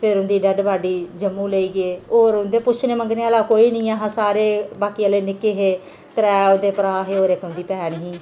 फिर उं'दी dead body Jammu लेई गे होर उं'दे पुच्छने मंगने आहला कोई नेईं हा सारे बाकी आहले निक्के हे त्रै ओह्दे भ्राऽ हे होर इक उं'दी भैन ही